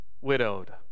widowed